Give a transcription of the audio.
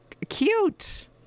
cute